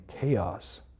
chaos